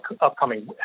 upcoming